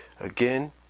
again